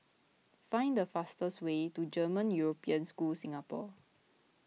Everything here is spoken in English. find the fastest way to German European School Singapore